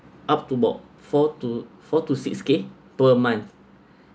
up to about four to four to six k per month